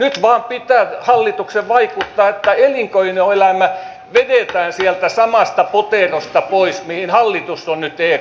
nyt vain pitää hallituksen vaikuttaa että elinkeinoelämä vedetään sieltä samasta poterosta pois mihin hallitus on nyt ekn ottanut